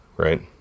Right